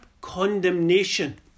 condemnation